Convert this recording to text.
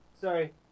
Sorry